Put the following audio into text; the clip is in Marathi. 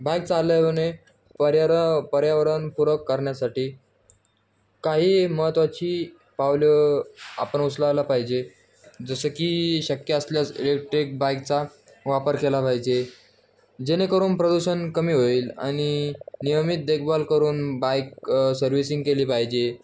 बाईक चालवणे पर्यार पर्यावरणपूरक करण्यासाठी काही महत्त्वाची पावलं आपण उचलायला पाहिजे जसं की शक्य असल्यास इलेक्ट्रिक बाईकचा वापर केला पाहिजे जेणेकरून प्रदूषण कमी होईल आणि नियमित देखभाल करून बाईक सर्व्हिसिंग केली पाहिजे